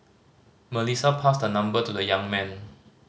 Melissa passed her number to the young man